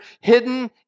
hidden